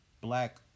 black